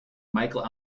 michael